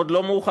עוד לא מאוחר.